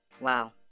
Wow